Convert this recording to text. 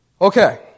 Okay